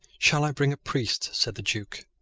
shall i bring a priest? said the duke.